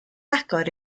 agor